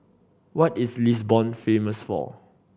what is Lisbon famous for